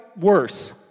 worse